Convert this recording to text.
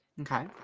Okay